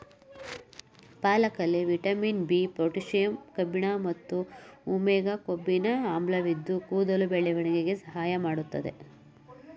ಪಾಲಕಲ್ಲಿ vitamin B, potassium ಕಬ್ಬಿಣ ಮತ್ತು omega ಕೊಬ್ಬಿನ ಆಮ್ಲವಿದ್ದು ಕೂದಲ ಬೆಳವಣಿಗೆಗೆ ಸಹಾಯ ಮಾಡ್ತದೆ